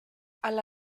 alla